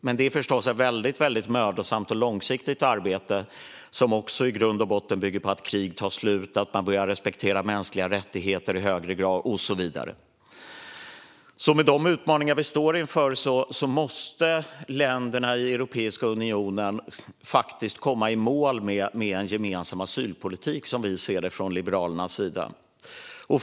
Men detta är förstås ett väldigt mödosamt och långsiktigt arbete, som i grund och botten bygger på att krig tar slut, att man börjar respektera mänskliga rättigheter i högre grad och så vidare. Med de utmaningar vi står inför måste länderna i Europeiska unionen faktiskt komma i mål med en gemensam asylpolitik, som vi ser det från Liberalernas sida.